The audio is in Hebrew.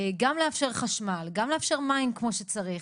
גם לאפשר חשמל, גם לאפשר מים כמו שצריך.